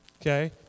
Okay